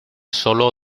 sólo